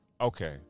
Okay